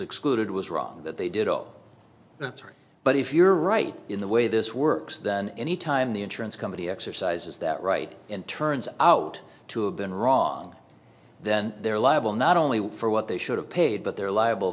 excluded was wrong that they did oh that's right but if you're right in the way this works then anytime the insurance company exercises that right and turns out to a been wrong then they're liable not only for what they should have paid but they're liable